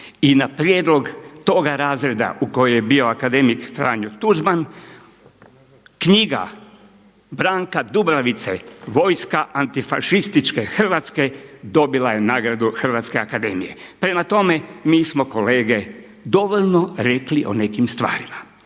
I na prijedlog toga razreda u kojem je bio akademik Franjo Tuđman, knjiga Branka Dubravice „Vojska antifašističke Hrvatske“ dobila je nagradu Hrvatske akademije. Prema tome, mi smo kolege dovoljni rekli o nekim stvarima.